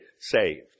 saved